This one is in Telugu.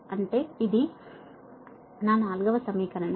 అంటే ఇది నా 4 వ సమీకరణం